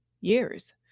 years